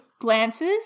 glances